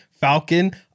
Falcon